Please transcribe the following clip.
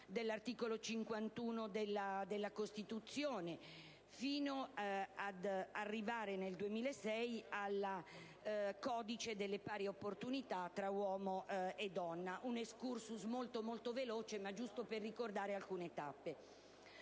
dell'articolo 51 della Costituzione fino ad arrivare, nel 2006, al codice delle pari opportunità tra uomo e donna. Ho fatto questo *excursus*, molto velocemente, solo per ricordare alcune tappe.